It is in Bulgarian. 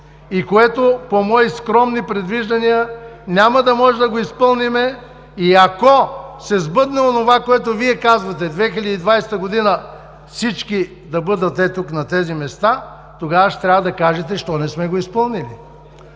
и което, по мои скромни предвиждания, няма да можем да изпълним. Ако се сбъдне онова, което Вие казвате: 2020 г. всички да бъдат тук, на тези места, тогава ще трябва да кажете защо не сме го изпълнили.